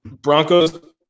Broncos